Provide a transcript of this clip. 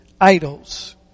idols